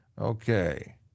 Okay